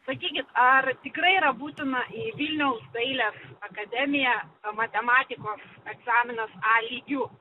sakykit ar tikrai yra būtina į vilniaus dailės akademiją matematikos egzaminas a lygiu